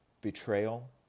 betrayal